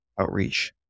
outreach